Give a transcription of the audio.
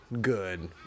good